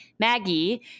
Maggie